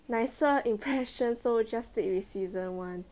nicer impression so just stick with season one